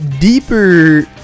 deeper